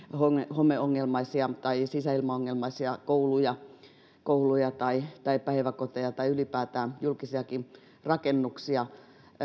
homeongelmaisia tai sisäilmaongelmaisia kouluja kouluja tai tai päiväkoteja tai ylipäätään julkisia rakennuksia